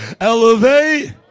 Elevate